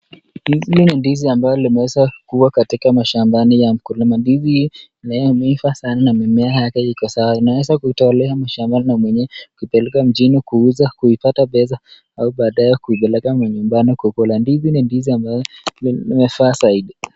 Hizi ni ndizi amabzo zimeezankuwa katika shambani ya mkulima, mandizi hii imeiva sana na mimea yake iko sawa, inawezankutolewa shmbani na mwenyewe kupeleka mjini kuuza na kupata pesa au baadae kupeleka manyumbani kukula, ndizi ni ndiziambayo inafaa zaidi.